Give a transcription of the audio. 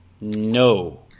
No